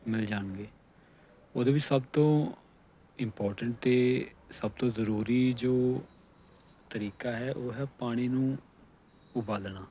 ਮਿਲ ਜਾਣਗੇ ਉਹਦੇ ਵੀ ਸਭ ਤੋਂ ਇੰਪੋਰਟੈਂਟ ਅਤੇ ਸਭ ਤੋਂ ਜ਼ਰੂਰੀ ਜੋ ਤਰੀਕਾ ਹੈ ਉਹ ਹੈ ਪਾਣੀ ਨੂੰ ਉਬਾਲਣਾ